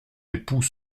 époux